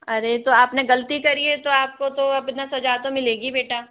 अरे तो आपने गलती करी है तो आपको तो अपना सजा तो मिलेगी बेटा